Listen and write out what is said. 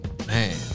Man